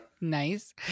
Nice